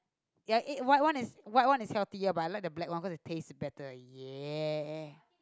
ya egg white one white one is healthier but I like the black one cause it taste better ya